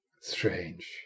strange